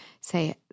say